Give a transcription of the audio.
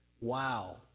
Wow